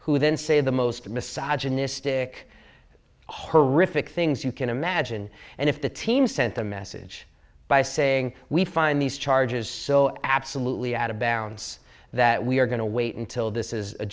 who then say the most massage horrific things you can imagine and if the team sent a message by saying we find these charges so absolutely out of bounds that we are going to wait until this is a